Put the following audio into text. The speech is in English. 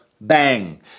bang